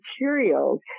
materials